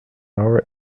hour